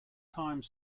time